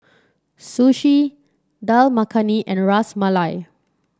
Sushi Dal Makhani and Ras Malai